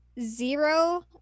Zero